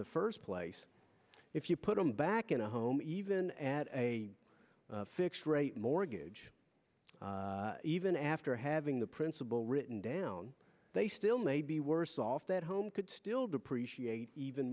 the first place if you put them back in a home even at a fixed rate mortgage even after having the principal written down they still may be worse off that home could still depreciate even